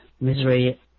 misery